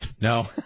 No